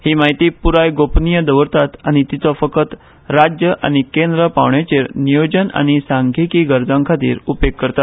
ही म्हायती पुराय गोपनीय दवरतात आनी तीचो फकत राज्य आनी केंद्र पावंड्याचेर नियोजन आनी सांख्यीकी गरजांखातीर उपेग करतात